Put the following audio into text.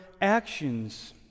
actions